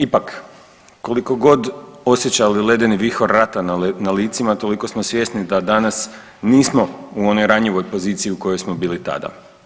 Ipak koliko god osjećali ledeni vihor rata na licima toliko smo svjesni da danas nismo u onoj ranjivoj poziciji u kojoj smo bili tada.